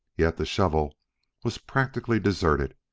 yet the shovel was practically deserted,